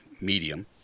medium